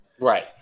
Right